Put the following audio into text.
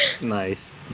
Nice